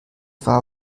war